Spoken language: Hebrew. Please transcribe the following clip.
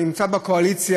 אני נמצא בקואליציה,